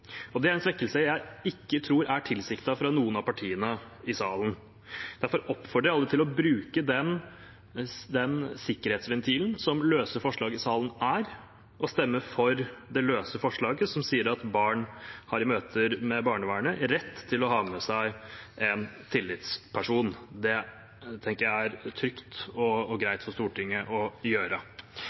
Det er en svekkelse jeg ikke tror er tilsiktet fra noen av partiene i salen. Derfor oppfordrer jeg alle til å bruke den sikkerhetsventilen som det løse forslaget er, og stemme for det løse forslaget, som sier at barn i møter med barnevernet har rett til å ha med seg en tillitsperson. Det tenker jeg er trygt og greit for Stortinget å gjøre.